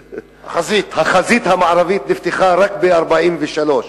והחזית המערבית נפתחה רק ב-1943.